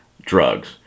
drugs